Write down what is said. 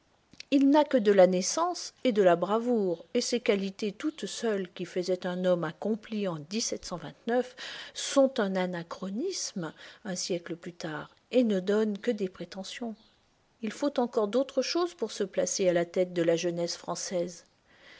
il n'a que de la naissance et de la bravoure et ces qualités toutes seules qui faisaient un homme accompli en sont un anachronisme un siècle plus tard et ne donnent que des prétentions il faut encore d'autres choses pour se placer à la tête de la jeunesse française